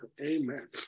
amen